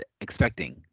expecting